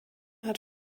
hat